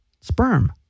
sperm